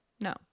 No